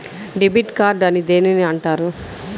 Debit card అని దేనిని అంటారు?